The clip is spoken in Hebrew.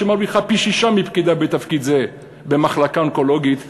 שמרוויחה פי-שישה מפקידה בתפקיד זהה במחלקה האונקולוגית בבית-החולים,